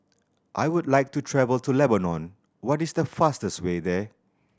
I would like to travel to Lebanon what is the fastest way there